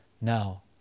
now